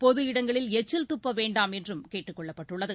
பொது இடங்களில் எச்சில் துப்ப வேண்டாம் என்றும் கேட்டுக் கொள்ளப்பட்டுள்ளது